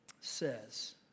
says